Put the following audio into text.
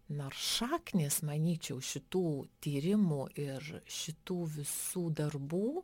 nors šaknys manyčiau šitų tyrimų ir šitų visų darbų